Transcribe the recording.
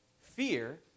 Fear